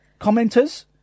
commenters